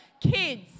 Kids